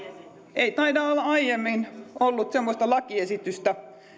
ei taida olla aiemmin ollut semmoista lakiesitystä